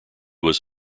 was